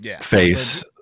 face